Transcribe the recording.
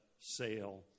sail